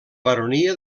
baronia